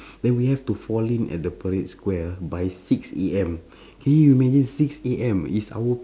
then we have to fall in at the parade square ah by six A_M can you imagine six A_M is our